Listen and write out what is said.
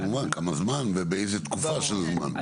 כמובן כמה זמן ובאיזה תקופה של זמן.